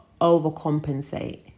overcompensate